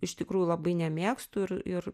iš tikrųjų labai nemėgstu ir ir